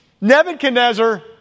Nebuchadnezzar